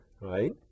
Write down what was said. right